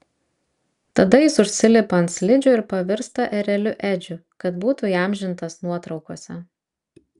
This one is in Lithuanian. tada jis užsilipa ant slidžių ir pavirsta ereliu edžiu kad būtų įamžintas nuotraukose